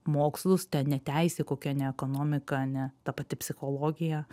mokslus ten ne teisė kokia ne ekonomika ne ta pati psichologija